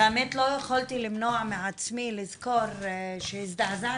את האמת, לא יכולתי למנוע מעצמי לזכור שהזדעזעתי